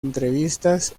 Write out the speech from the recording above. entrevistas